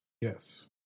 Yes